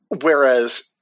Whereas